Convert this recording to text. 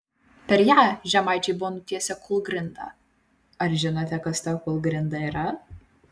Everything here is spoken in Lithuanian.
per ją žemaičiai buvo nutiesę kūlgrindą ar žinote kas ta kūlgrinda yra